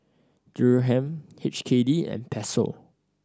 Dirham H K D and Peso